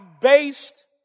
based